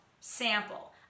sample